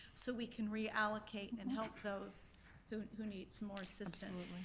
so we can reallocate and help those who who need some more assistance.